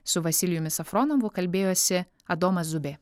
su vasilijumi safronovu kalbėjosi adomas zubė